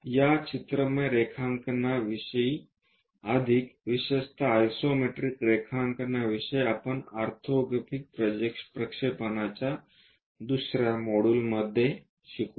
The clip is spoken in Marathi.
या चित्रमय रेखांकन याविषयी अधिक विशेषतः आइसोमेट्रिक रेखांकन यांविषयी आपण ऑर्थोग्राफिक प्रक्षेपणच्या दुसर्या मॉड्यूलमध्ये शिकू